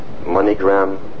MoneyGram